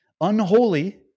Unholy